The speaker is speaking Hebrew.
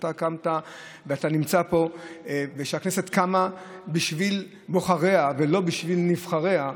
שאתה נמצא פה ושהכנסת קמה בשביל בוחריה ולא בשביל נבחריה,